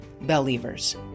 Believers